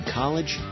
college